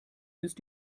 ist